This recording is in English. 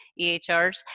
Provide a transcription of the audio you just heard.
EHRs